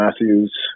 Matthews